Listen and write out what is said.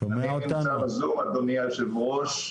אדוני היושב-ראש,